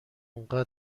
انقدر